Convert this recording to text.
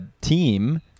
team